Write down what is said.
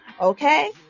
okay